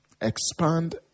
expand